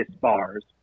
bars